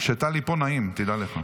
כשטלי פה נעים, תדע לך.